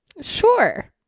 sure